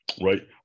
right